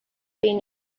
been